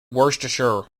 worcestershire